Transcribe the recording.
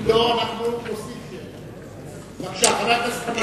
אם לא, אנחנו, בבקשה, חבר הכנסת גנאים.